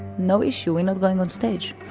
no issue, we're not going on stage.